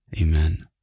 Amen